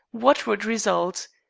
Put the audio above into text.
what would result?